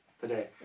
today